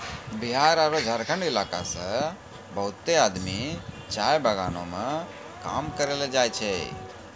बिहार आरो झारखंड इलाका सॅ बहुत आदमी चाय बगानों मॅ काम करै ल जाय छै